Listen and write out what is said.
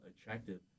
attractive